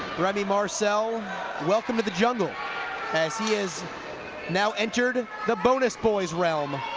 remy marcel welcome to the jungle as he has now entered the bonus boys' realm